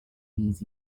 his